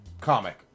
comic